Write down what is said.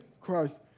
Christ